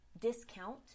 discount